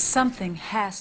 something has